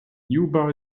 juba